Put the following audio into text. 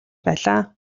байлаа